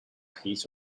his